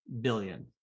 billion